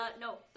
No